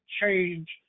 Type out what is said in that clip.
change